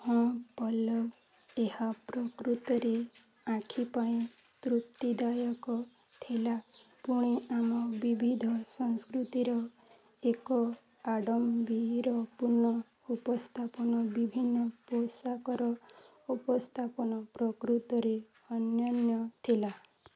ହଁ ପଲ୍ଲବ ଏହା ପ୍ରକୃତରେ ଆଖି ପାଇଁ ତୃପ୍ତି ଦାୟକ ଥିଲା ପୁଣି ଆମ ବିବିଧ ସଂସ୍କୃତିର ଏକ ଆଡ଼ମ୍ବରପୂର୍ଣ୍ଣ ଉପସ୍ଥାପନ ବିଭିନ୍ନ ପୋଷାକର ଉପସ୍ଥାପନ ପ୍ରକୃତରେ ଅନନ୍ୟ ଥିଲା